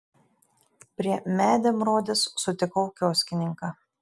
prie medemrodės sutikau kioskininką